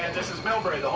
and this is millbrae.